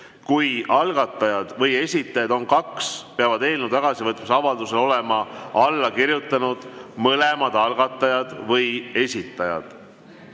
Kui algatajaid või esitajaid on kaks, peavad eelnõu tagasivõtmise avaldusele olema alla kirjutanud mõlemad algatajad või esitajad.